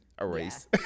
erase